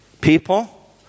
people